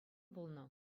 пулнӑ